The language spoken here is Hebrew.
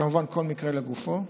כמובן, כל מקרה לגופו.